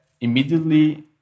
immediately